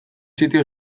sitio